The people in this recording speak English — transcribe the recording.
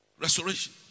Restoration